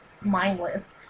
mindless